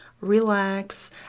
relax